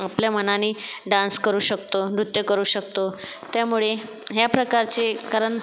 आपल्या मनाने डांस करू शकतो नृत्य करू शकतो त्यामुळे ह्या प्रकारचे कारण